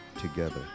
together